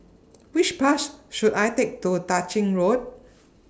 Which Bus should I Take to Tah Ching Road